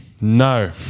No